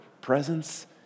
presence